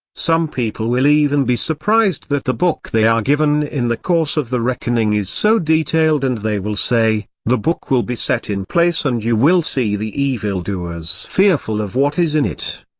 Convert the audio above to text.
some people will even be surprised that the book they are given in the course of the reckoning is so detailed and they will say, the book will be set in place and you will see the evildoers fearful of what is in it.